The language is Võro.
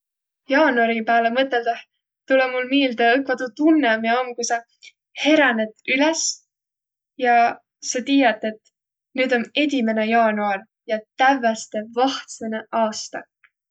Jaanuari pääle mõtõldõh tulõ mul miilde õkva tuu tunnõq, mia om, ku sa heränet üles ja sa tiiät, et nüüd om edimäne jaanuar ja tävveste vahtsõnõ aastak.